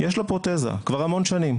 יש לו פרוטזה כבר המון שנים,